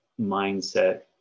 mindset